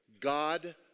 God